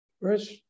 first